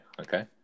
okay